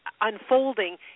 unfolding